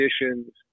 conditions